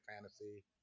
fantasy